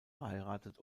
verheiratet